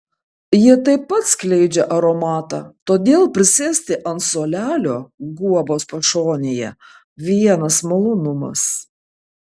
jie taip pat skleidžia aromatą todėl prisėsti ant suolelio guobos pašonėje vienas malonumas